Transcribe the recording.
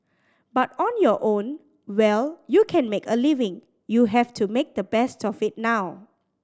but on your own well you can make a living you have to make the best of it now